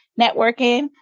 networking